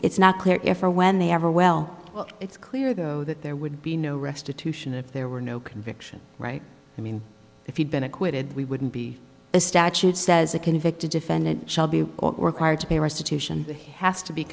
not clear if or when they ever well it's clear though that there would be no restitution if there were no conviction right i mean if you'd been acquitted we wouldn't be the statute says a convicted defendant shall be required to pay restitution has to be